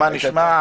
מה נשמע?